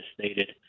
stated